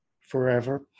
forever